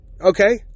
Okay